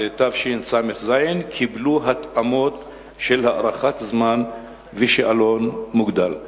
תשס"ז קיבלו התאמות של הארכת זמן ושאלון מוגדל.